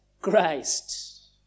Christ